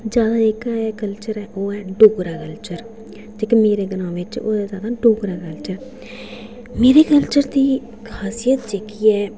जादा जेह्का कल्चर ऐ ओह् ऐ डोगरा कल्चर जेह्का मेरे ग्रांऽ बिच होएदा ना डोगरा कल्चर मेरे कल्चर दी खासियत जेह्की ऐ